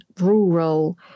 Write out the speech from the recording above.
rural